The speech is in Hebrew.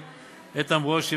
ושל איתן ברושי,